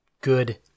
good